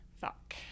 Fuck